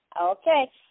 Okay